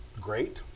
great